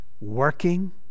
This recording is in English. working